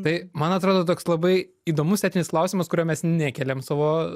tai man atrodo toks labai įdomus etinis klausimas kurio mes nekeliam savo